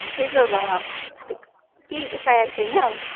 त्यसो भए केही उपाय छैन